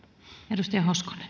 arvoisa